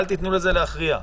אל תיתנו לזה להכריע.